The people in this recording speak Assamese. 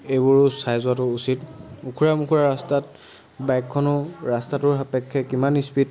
এইবোৰ চাই যোৱাটো উচিত ওখোৰা মোখোৰা ৰাস্তাত বাইকখনো ৰাস্তাটো সাপেক্ষে কিমান স্পিড